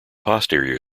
posterior